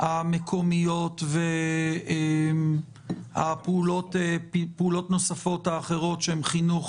המקומיות והפעולות נוספות האחרות שהן חינוך,